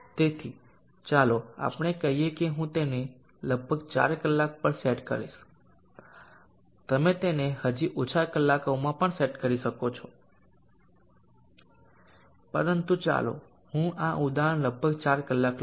તેથી ચાલો આપણે કહીએ કે હું તેને લગભગ 4 કલાક પર સેટ કરીશ તમે તેને હજી ઓછા કલાકોમાં પણ સેટ કરી શકો છો પરંતુ ચાલો હું આ ઉદાહરણ લગભગ 4 કલાક લઉં